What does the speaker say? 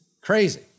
Crazy